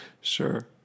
Sure